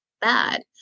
bad